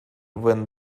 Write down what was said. when